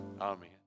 Amen